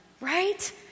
Right